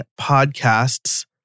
podcasts